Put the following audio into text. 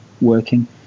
working